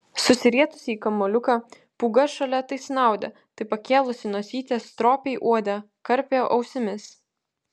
susirietusi į kamuoliuką pūga šalia tai snaudė tai pakėlusi nosytę stropiai uodė karpė ausimis